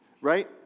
right